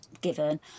given